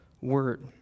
word